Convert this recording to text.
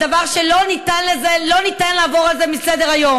זה דבר, לא ניתֵן לעבור על זה לסדר-היום.